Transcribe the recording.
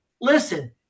Listen